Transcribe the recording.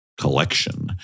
Collection